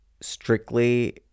strictly